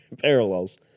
parallels